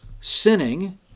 sinning